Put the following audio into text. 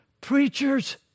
preachers